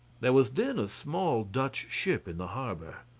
there was then a small dutch ship in the harbour.